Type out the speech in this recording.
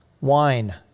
Wine